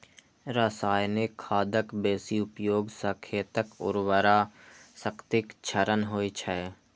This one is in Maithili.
रासायनिक खादक बेसी उपयोग सं खेतक उर्वरा शक्तिक क्षरण होइ छै